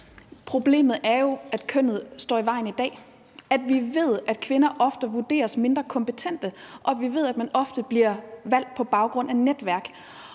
Problemet er jo, at kønnet står i vejen i dag; vi ved, at kvinder ofte vurderes mindre kompetente. Og vi ved, at man ofte bliver valgt på baggrund af netværk.